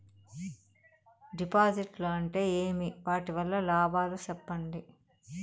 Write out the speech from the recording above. డిపాజిట్లు అంటే ఏమి? వాటి వల్ల లాభాలు సెప్పండి?